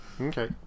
Okay